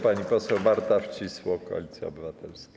Pani poseł Marta Wcisło, Koalicja Obywatelska.